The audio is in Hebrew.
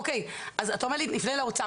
אז אתה אומר לי תפנו לאוצר,